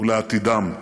לשלומם ולעתידם.